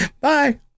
bye